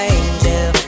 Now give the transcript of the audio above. angel